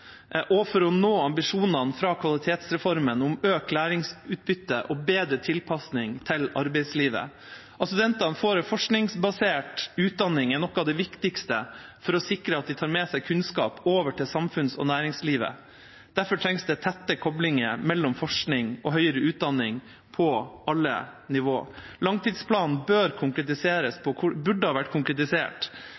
og for å nå ambisjonene fra kvalitetsreformen om økt læringsutbytte og bedre tilpasning til arbeidslivet. At studentene får en forskningsbasert utdanning, er noe av det viktigste for å sikre at de tar med seg kunnskap over til samfunns- og næringslivet. Derfor trengs det tette koblinger mellom forskning og høyere utdanning på alle nivå. Langtidsplanen